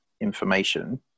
information